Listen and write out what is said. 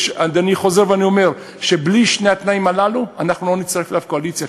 אני חוזר ואומר שבלי קבלת שני התנאים הללו אנחנו לא נצטרף לאף קואליציה.